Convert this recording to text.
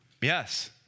Yes